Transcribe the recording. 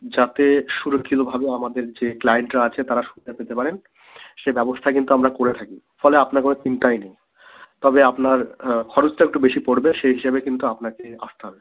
যাতে সুরক্ষিতভাবে আমাদের যে ক্লায়েন্টরা আছে তারা সুবিধা পেতে পারেন সে ব্যবস্থা কিন্তু আমরা করে থাকি ফলে আপনার কোনো চিন্তাই নেই তবে আপনার খরচটা একটু বেশি পড়বে সেই হিসাবে কিন্তু আপনাকে আসতে হবে